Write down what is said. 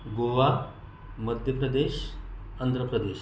Goa Madhya Pradesh Andhra Pradesh